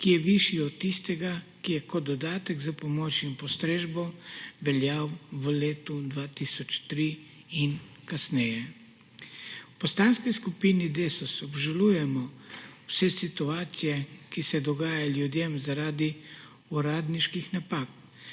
ki je višji od tistega, ki je kot dodatek za pomoč in postrežbo veljal v letu 2003 in kasneje.V Poslanski skupini Desus obžalujemo vse situacije, ki se dogajajo ljudem zaradi uradniških napak,